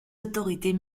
autorités